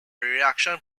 reaction